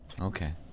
Okay